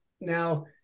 now